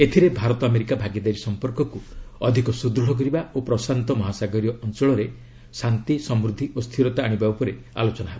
ଏଥିରେ ଭାରତ ଆମେରିକା ଭାଗିଦାରୀ ସମ୍ପର୍କକୁ ଅଧିକ ସୁଦୃଢ଼ କରିବା ଓ ପ୍ରଶାସନ୍ତ ମହାସାଗରୀୟ ଅଞ୍ଚଳରେ ଶାନ୍ତି ସମୃଦ୍ଧି ଓ ସ୍ଥିରତା ଆଣିବା ଉପରେ ଆଲୋଚନା ହେବ